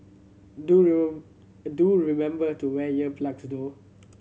do do remember to wear ear plugs though